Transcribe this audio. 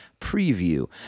preview